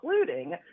including